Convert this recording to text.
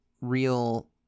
real